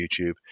YouTube